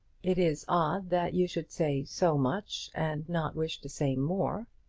it is odd that you should say so much, and not wish to say more.